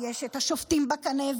יש את השופטים בקנה,